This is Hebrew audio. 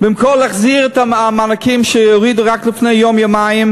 במקום להחזיר את המענקים שהורידו רק לפני יום-יומיים,